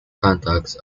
contacts